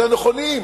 יותר נכונים.